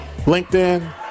LinkedIn